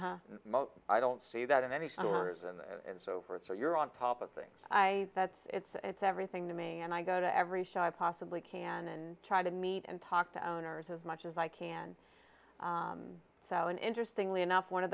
i don't see that in any stores and so forth so you're on top of things i that's it's it's everything to me and i go to every show i possibly can and try to meet and talk to owners as much as i can so an interesting lee enough one of